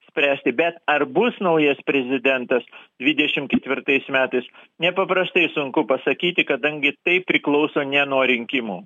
spręsti bet ar bus naujas prezidentas dvidešim ketvirtais metais nepaprastai sunku pasakyti kadangi tai priklauso ne nuo rinkimų